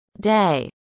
Day